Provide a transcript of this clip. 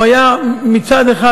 מצד אחד,